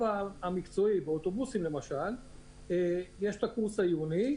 נהיגת אוטובוסים יש את הקורס העיוני,